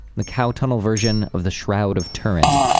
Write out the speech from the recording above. the cow tunnel version of the shroud of turin.